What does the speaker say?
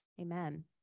amen